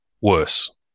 worse